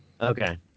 Okay